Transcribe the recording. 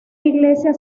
iglesia